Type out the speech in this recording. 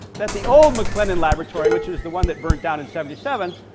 that the old mclennan laboratory, which is the one that burned down in seventy seven,